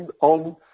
on